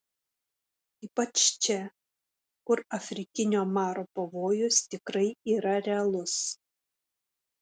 ypač čia kur afrikinio maro pavojus tikrai yra realus